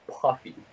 puffy